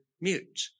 mute